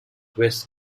west